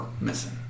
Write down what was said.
missing